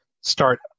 start